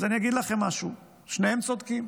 אז אני אגיד לכם משהו: שניהם צודקים.